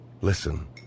Listen